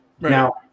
Now